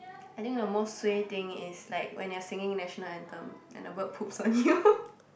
I think the most suay thing is like when you're singing national anthem and the bird poops on you